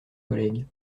collègues